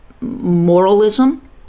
moralism